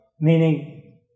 meaning